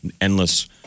endless